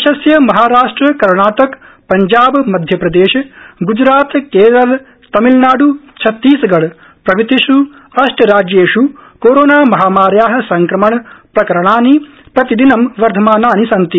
देशस्य महाराष्ट्र कर्णाटक पंजाब मध्यप्रदेश ग्जरात केरल तमिलनाड् छत्तीसगढ प्रभृतिस् अष्ट राज्येष् कोरोनामहामार्या संक्रमणप्रकरणानि प्रतिदिनं वर्धमानानि सन्ति